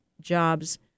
Jobs